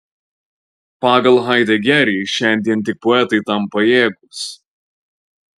pagal haidegerį šiandien tik poetai tam pajėgūs